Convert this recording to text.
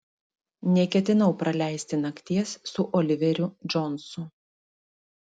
neketinau praleisti nakties su oliveriu džonsu